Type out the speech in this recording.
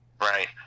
right